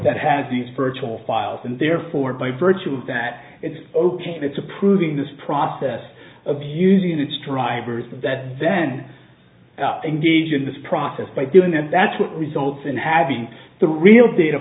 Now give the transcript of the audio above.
that has these virtual files and therefore by virtue of that it's ok that's approving this process of using unix drivers and that then engage in this process by doing that that's what results in having the real data